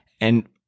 And-